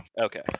okay